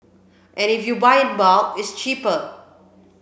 and if you buy in bulk it's cheaper